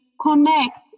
connect